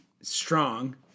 strong